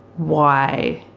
why